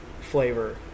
flavor